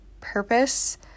purpose